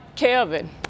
Kevin